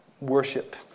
worship